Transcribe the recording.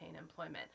employment